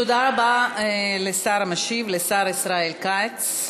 תודה רבה לשר המשיב ישראל כץ.